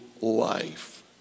life